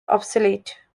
obsolete